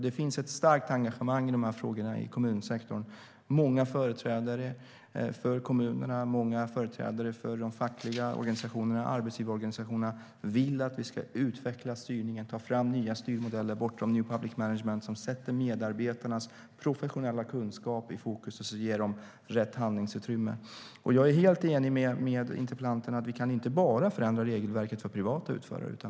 Det finns ett starkt engagemang i de här frågorna i kommunsektorn. Många företrädare för kommunerna och många företrädare för de fackliga organisationerna och arbetsgivarorganisationerna vill att vi ska utveckla styrningen och ta fram nya styrmodeller, bortom new public management, som sätter medarbetarnas professionella kunskap i fokus och ger dem rätt handlingsutrymme. Jag är helt enig med interpellanten om att vi inte kan förändra regelverket enbart för privata utförare.